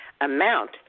amount